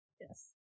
Yes